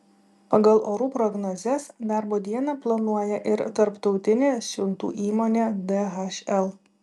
pagal orų prognozes darbo dieną planuoja ir tarptautinė siuntų įmonė dhl